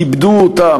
עיבדו אותה,